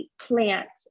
plants